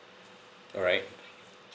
alright